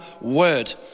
word